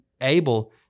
able